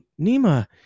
Nima